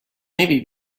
maybe